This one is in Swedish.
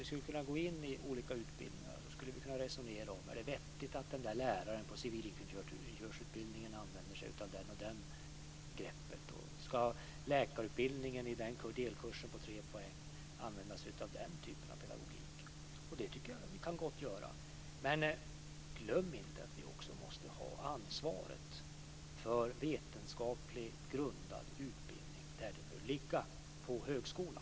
Vi skulle kunna gå in i olika utbildningar och resonera t.ex. om det är vettigt att en lärare på civilingenjörsutbildningen använder sig av ett visst grepp eller om läkarutbildningen i en delkurs på tre poäng ska använda sig av en viss typ av pedagogik. Jag tycker att vi gott kan göra det. Men glöm inte att ansvaret för vetenskapligt grundad utbildning också måste finnas där det bör ligga, dvs. på högskolan.